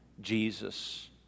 Jesus